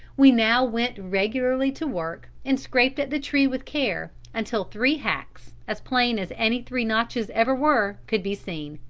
we now went regularly to work and scraped at the tree with care until three hacks, as plain as any three notches ever were, could be seen.